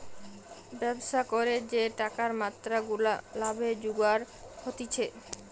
ব্যবসা করে যে টাকার মাত্রা গুলা লাভে জুগার হতিছে